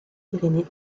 pyrénées